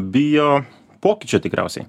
bijo pokyčio tikriausiai